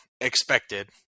expected